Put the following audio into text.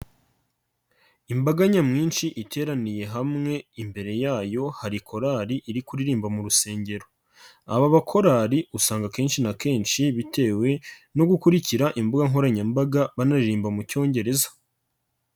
Imbaga nyamwinshi iteraniye hamwe imbere yayo hari korali iri kuririmba mu rusengero, aba bakorali usanga kenshi na kenshi bitewe no gukurikira imbuga nkoranyambaga banaririmba mu Cyongereza.